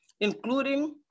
including